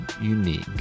unique